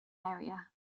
area